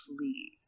please